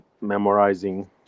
memorizing